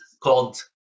called